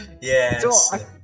Yes